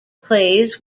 plays